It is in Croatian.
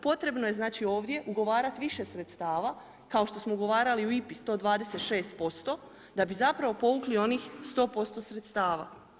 Potrebno je ovdje ugovarati više sredstava kao što smo ugovarali u IPA-i, 126% da bi zapravo povukli onih 100% sredstava.